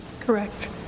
Correct